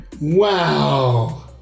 wow